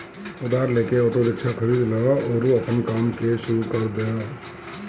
उधार लेके auto rickshaw खरीद लअ अउरी आपन काम के शुरू कर दअ